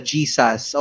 Jesus